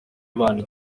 abantu